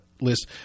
list